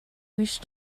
wish